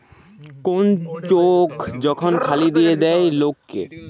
কোন চেক যখন খালি দিয়ে দেয় লোক কে